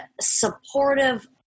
supportive